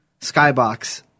skybox